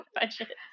budget